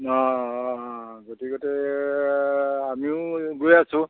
অঁ গতিকতে আমিও গৈ আছোঁ